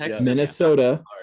Minnesota